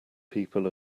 people